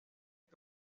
que